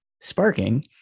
Sparking